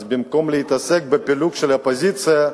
אז במקום להתעסק בפילוג של האופוזיציה,